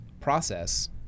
process